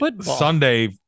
Sunday